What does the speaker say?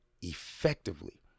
effectively